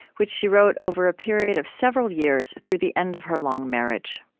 which she wrote over a period of several years through the end of her long marriage